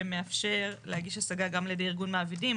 שמאפשר להגיש השגה גם על ידי ארגון מעבידים,